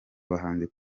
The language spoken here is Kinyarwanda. abahanzi